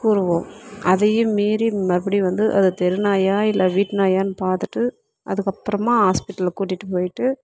கூறுவோம் அதையும் மீறி மறுபடியும் வந்து அது தெரு நாயா இல்லை வீட்டு நாயான்னு பார்த்துட்டு அதுக்கப்புறமா ஹாஸ்பிட்டலுக்கு கூட்டிகிட்டு போயிட்டு